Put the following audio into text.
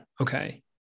okay